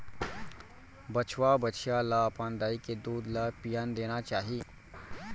बछवा, बछिया ल अपन दाई के दूद ल पियन देना चाही